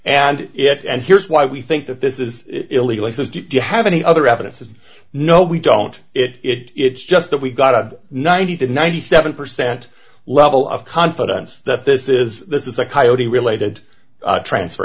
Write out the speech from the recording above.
and yet and here's why we think that this is illegal he says do you have any other evidence and no we don't it it's just that we got a ninety to ninety seven percent level of confidence that this is this is a coyote related transfer